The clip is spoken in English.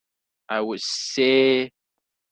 I would s~ say